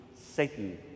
Satan